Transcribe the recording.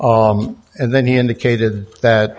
and then he indicated that